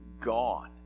gone